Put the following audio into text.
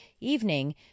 evening